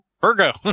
Virgo